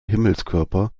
himmelskörper